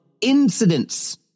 incidents